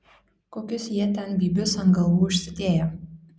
kokius jie ten bybius ant galvų užsidėję